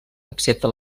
excepte